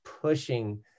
pushing